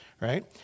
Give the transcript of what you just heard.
right